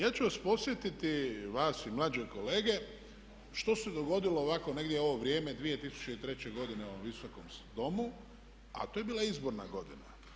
Ja ću vas podsjetiti vas i mlađe kolege što se dogodilo ovako negdje u ovo vrijeme 2003. godine u ovom Visokom domu a to je bila izborna godina.